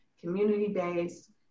community-based